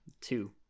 two